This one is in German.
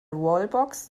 wallbox